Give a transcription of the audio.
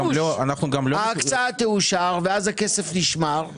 ההקצאה תאושר ואז הכסף נשמר,